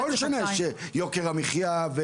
כל שנה יש יוקר המחייה וכו'.